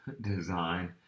design